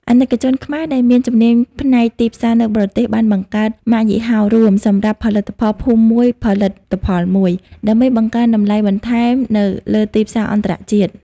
អាណិកជនខ្មែរដែលមានជំនាញផ្នែកទីផ្សារនៅបរទេស បានបង្កើត "ម៉ាកយីហោរួម" សម្រាប់ផលិតផលភូមិមួយផលិតផលមួយ ដើម្បីបង្កើនតម្លៃបន្ថែមនៅលើទីផ្សារអន្តរជាតិ។